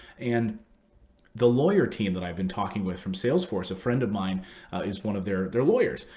and the lawyer team that i've been talking with from salesforce friend of mine is one of their their lawyers.